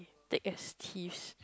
thick as thieves